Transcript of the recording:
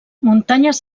muntanyes